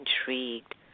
intrigued